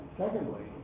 secondly